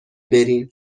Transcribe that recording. برین